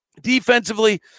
Defensively